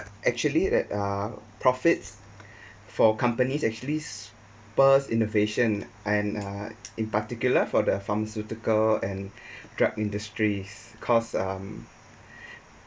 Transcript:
actually that uh profits for companies actually spurs innovation and uh in particular for the pharmaceutical and drug industries cause um